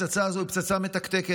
הפצצה הזאת היא פצצה מתקתקת.